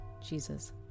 Jesus